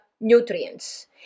nutrients